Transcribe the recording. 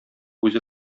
үзе